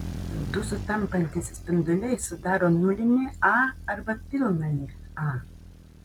du sutampantys spinduliai sudaro nulinį a arba pilnąjį a